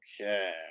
okay